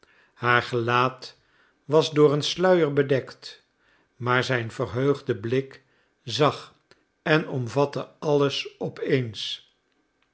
haar gelaat was door een sluier bedekt maar zijn verheugde blik zag en omvatte alles